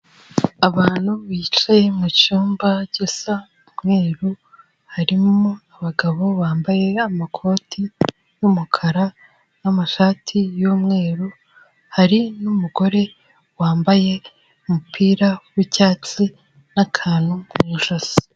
Abantu bicaye mu cyumba gisa umweru, harimo abagabo bambaye amakoti y'umukara n'amashati y'umweru, hari n'umugore wambaye umupira w'icyatsi n'akantu mu ijosi.